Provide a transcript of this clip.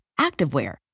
activewear